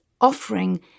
offering